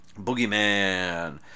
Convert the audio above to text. boogeyman